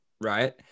right